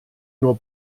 nur